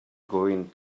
going